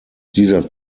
dieser